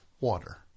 Water